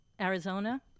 Arizona